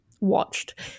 watched